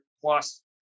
plus